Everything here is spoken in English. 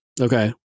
Okay